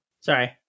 sorry